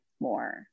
more